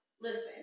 Listen